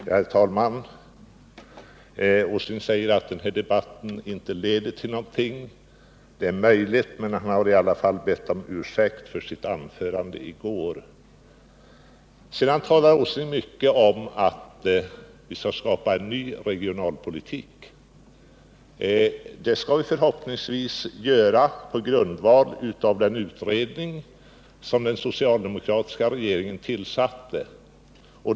Herr talman! Nils Åsling säger att debatten inte leder till någonting. Det är möjligt, men han har i alla fall bett om ursäkt för sitt anförande i går. Nils Åsling talar mycket om att vi skall skapa en ny regionalpolitik. Det skall vi förhoppningsvis göra på grundval av den utredning den socialdemokratiska regeringen tillsatte.